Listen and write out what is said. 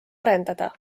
arendada